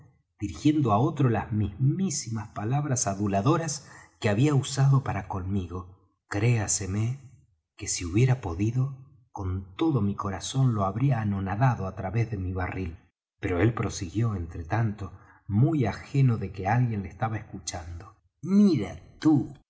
dirigiendo á otro las mismísimas palabras aduladoras que había usado para conmigo créaseme que si hubiera podido con todo mi corazón lo habría anonadado á través de mi barril pero él prosiguió entre tanto muy ajeno de que alguien le estaba escuchando mira tú